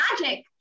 magic